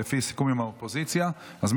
לפי סיכום עם האופוזיציה אני לא הולך לקרוא אותה,